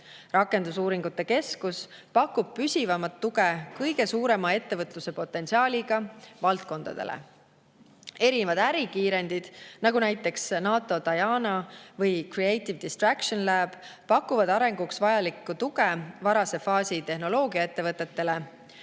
Rakendusuuringute keskus pakub püsivamat tuge kõige suurema ettevõtluspotentsiaaliga valdkondadele. Erinevad ärikiirendid, näiteks NATO DIANA või Creative Destruction Lab, pakuvad arenguks vajalikku tuge varase faasi tehnoloogiaettevõtetele